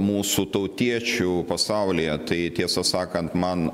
mūsų tautiečių pasaulyje tai tiesą sakant man